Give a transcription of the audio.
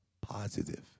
positive